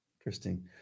Interesting